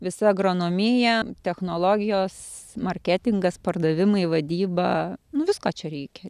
visa agronomija technologijos marketingas pardavimai vadyba nu visko čia reikia ir